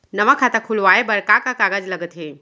नवा खाता खुलवाए बर का का कागज लगथे?